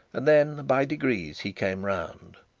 and then by degrees he came round.